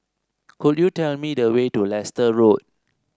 could you tell me the way to Leicester Road